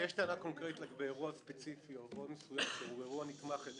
כשיש טענה קונקרטית לגבי אירוע ספציפי שהוא נתמך על-ידי